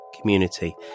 community